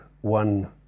one